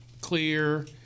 clear